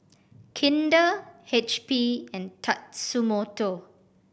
Kinder H P and Tatsumoto